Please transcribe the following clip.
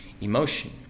emotion